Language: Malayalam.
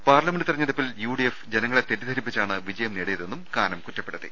പാർലമെൻറ് തിരഞ്ഞെടുപ്പിൽ യു ഡിഎഫ് ജനങ്ങളെ തെറ്റിദ്ധരിപ്പിച്ചാണ് വിജയം നേടിയതെന്നും കാനം കുറ്റ പ്പെടുത്തി